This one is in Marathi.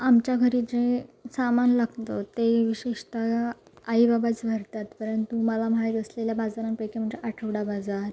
आमच्या घरी जे सामान लागतं ते विशेषतः आईबाबाच भरतात परंतु मला माहीत असलेल्या बाजारांपैकी म्हणजे आठवडा बाजार